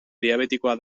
diabetikoa